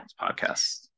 Podcasts